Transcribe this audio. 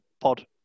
pod